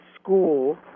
school